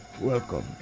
Welcome